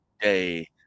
day